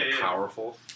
Powerful